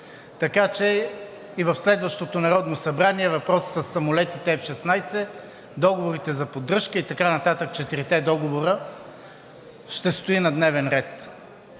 Така че и в следващото Народно събрание въпросът със самолетите F-16, договорите за поддръжка и така нататък – четирите договора ще стоят на дневен ред.